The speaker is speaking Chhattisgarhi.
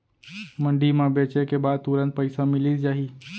मंडी म बेचे के बाद तुरंत पइसा मिलिस जाही?